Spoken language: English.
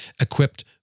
equipped